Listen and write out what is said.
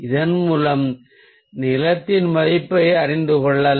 இவ்வாறு நிறம் நிறைவுற்று இருக்கிறது